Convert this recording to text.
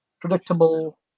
predictable